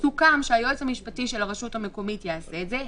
סוכם שהיועץ המשפטי של הרשות המקומית יעשה את זה.